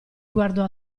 guardò